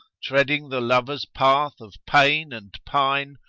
treading the lover's path of pain and pine!